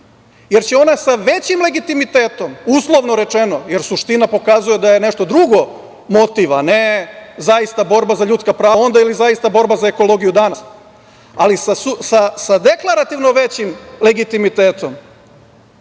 jer će ona sa većim legitimitetom, uslovno rečeno, jer suština pokazuje da je nešto drugo motiv, a ne zaista borba za ljudska prava onda ili zaista borba za ekologiju danas, ali sa deklarativno većim legitimitetom